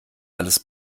alles